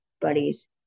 buddies